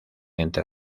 entre